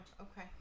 okay